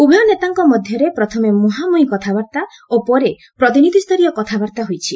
ଉଭୟ ନେତାଙ୍କ ମଧ୍ୟରେ ପ୍ରଥମେ ମୁହାଁମୁହିଁ କଥାବାର୍ତ୍ତା ଓ ପରେ ପ୍ରତିନିଧିଷରୀୟ କଥାବାର୍ତ୍ତା ହୋଇଛି